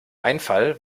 einfall